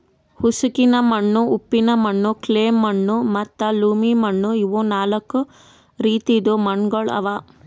ಉಸುಕಿನ ಮಣ್ಣು, ಉಪ್ಪಿನ ಮಣ್ಣು, ಕ್ಲೇ ಮಣ್ಣು ಮತ್ತ ಲೋಮಿ ಮಣ್ಣು ಇವು ನಾಲ್ಕು ರೀತಿದು ಮಣ್ಣುಗೊಳ್ ಅವಾ